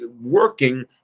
working